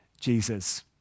Jesus